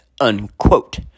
unquote